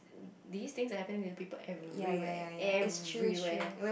these things are happening to people everywhere everywhere